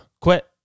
quit